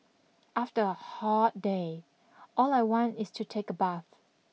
after a hot day all I want is to take a bath